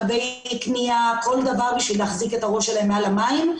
תווי קנייה וכל דבר שיעזור להם להחזיק את ראשם מעל המים.